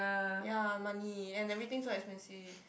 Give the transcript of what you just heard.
ya money and everything so expensive